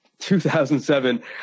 2007